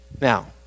Now